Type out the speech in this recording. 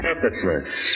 purposeless